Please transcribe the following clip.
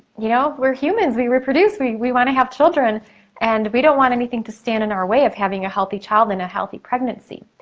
you know we're humans, we reproduce, we we wanna have children and we don't want anything to stand in our way of having a healthy child and a healthy pregnancy.